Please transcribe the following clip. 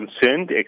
concerned